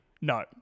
No